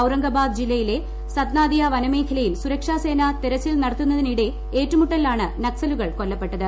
ഔറംഗബാദ് ജില്ലയിലെ സത്നാദിയ വനമേഖലയിൽ സുരക്ഷാസേന തെരച്ചിൽ നടത്തുന്നതിനിടെ ഏറ്റുമുട്ടലിലാണ് നക്സലുകൾ കൊല്ലപ്പെട്ടത്